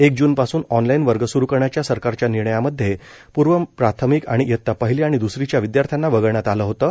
एक जूनपासून ऑनलाईन वर्ग स्रू करण्याच्या सरकारच्या निर्णयामध्ये पूर्व प्राथमिक आणि इयता पहिली आणि द्सरीच्या विद्यार्थ्यांना वगळण्यात आलं होतं